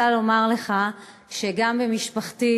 בכלל, שפוחד לקום,